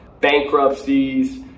bankruptcies